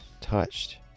touched